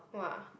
!wah!